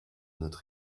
notre